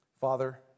Father